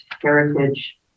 Heritage